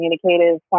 communicative